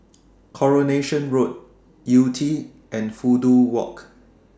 Coronation Road Yew Tee and Fudu Walk